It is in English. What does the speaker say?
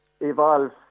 evolve